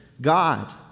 God